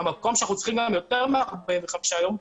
במקום שאנחנו צריכים יותר מ-45 ימים,